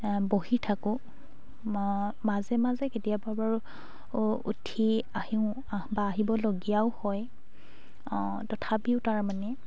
বহি থাকোঁ মাজে মাজে কেতিয়াবা বাৰু উঠি আহো বা আহিবলগীয়াও হয় তথাপিও তাৰমানে